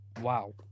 Wow